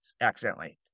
accidentally